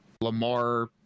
Lamar